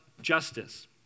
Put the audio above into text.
justice